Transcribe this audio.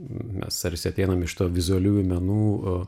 mes tarsi ateinam iš to vizualiųjų menų a